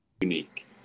unique